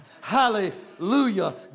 hallelujah